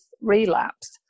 relapse